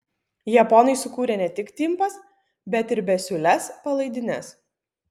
japonai sukūrė ne tik timpas bet ir besiūles palaidines